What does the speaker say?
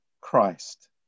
Christ